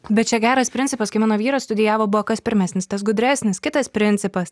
bet čia geras principas kai mano vyras studijavo buvo kas pirmesnis tas gudresnis kitas principas